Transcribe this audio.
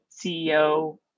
CEO